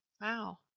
Wow